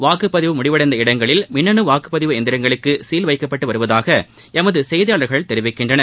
வாக்குப்பதிவு முடிவடைந்த இடங்களில் மின்னனு வாக்குப்பதிவு எந்திரங்களுக்கு சீல் வைக்கப்பட்டு வருவதாக எமது செய்தியாளர்கள் தெரிவிக்கின்றனர்